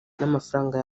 n’amafaranga